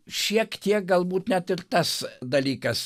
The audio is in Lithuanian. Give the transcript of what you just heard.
šiek tiek galbūt net ir tas dalykas